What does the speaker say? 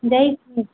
ଦେଖି